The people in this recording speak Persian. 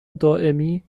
دائمی